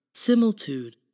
Similitude